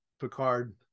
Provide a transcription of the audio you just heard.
Picard